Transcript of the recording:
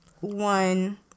one